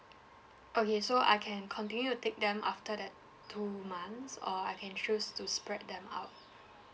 okay so I can continue to take them after that two months or I can choose to spread them out